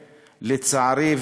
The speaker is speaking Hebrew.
לצערי,